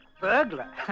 Burglar